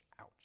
ouch